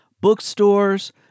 bookstores